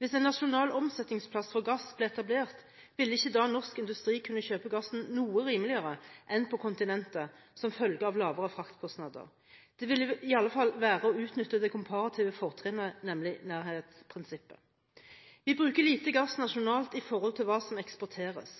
Hvis en nasjonal omsetningsplass for gass ble etablert, ville ikke da norsk industri kunne kjøpe gassen noe rimeligere enn på kontinentet, som følge av lavere fraktkostnader? Det ville i alle fall være å utnytte det komparative fortrinnet, nemlig nærhetsprinsippet. Vi bruker lite gass nasjonalt i forhold til hva som eksporteres,